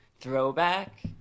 throwback